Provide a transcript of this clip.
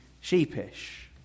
sheepish